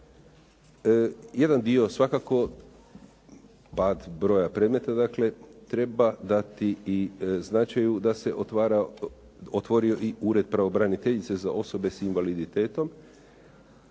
Jedan dio svakako pad broja predmeta dakle treba dati i značaju da se otvorio i Ured pravobraniteljice za osobe s invaliditetom